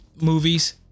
movies